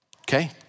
Okay